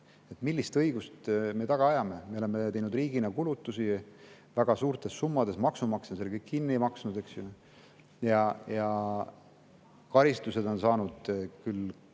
millist õigust me taga ajame. Me oleme teinud riigina kulutusi väga suurtes summades, maksumaksja on selle kõik kinni maksnud, eks ju, ja karistuse on saanud